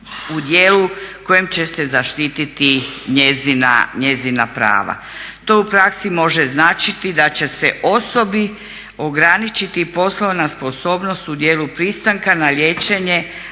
u dijelu kojim će se zaštititi njezina prava. To u praksi može značiti da će se osobi ograničiti poslovna sposobnost u dijelu pristanka na liječenje,